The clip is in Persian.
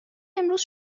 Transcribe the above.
امروز